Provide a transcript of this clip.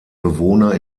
bewohner